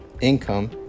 income